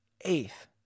Eighth